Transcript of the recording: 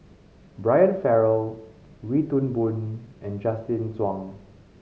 Brian Farrell Wee Toon Boon and Justin Zhuang